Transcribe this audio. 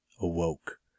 awoke